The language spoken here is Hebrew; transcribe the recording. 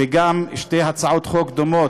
ויש גם שתי הצעות חוק דומות,